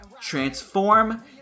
Transform